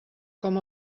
com